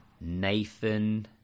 Nathan